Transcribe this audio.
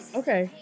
okay